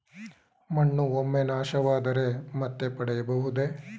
ಮಣ್ಣು ಒಮ್ಮೆ ನಾಶವಾದರೆ ಮತ್ತೆ ಪಡೆಯಬಹುದೇ?